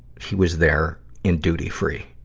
he was there in duty-free.